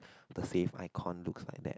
the save icon looks like that